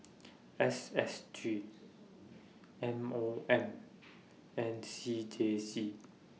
S S G M O M and C J C